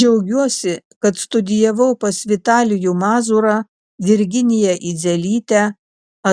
džiaugiuosi kad studijavau pas vitalijų mazūrą virginiją idzelytę